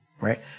right